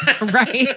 right